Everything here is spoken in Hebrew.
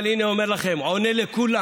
אבל הינה, אני אומר לכם, עונה לכולם: